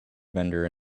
vendor